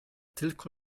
tylko